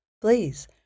please